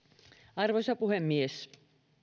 arvoisa puhemies